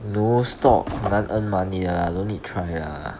you know stock 很难 earn money 的 lah don't need try lah